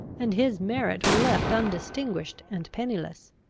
and his merit were left undistinguished and pennyless.